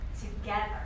together